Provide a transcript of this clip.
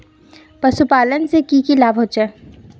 पशुपालन से की की लाभ होचे?